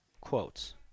quotes